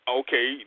okay